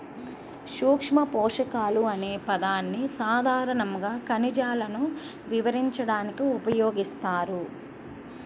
సూక్ష్మపోషకాలు అనే పదాన్ని సాధారణంగా ఖనిజాలను వివరించడానికి ఉపయోగిస్తారు